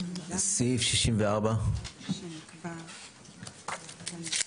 אז תדייקי את זה.